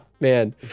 Man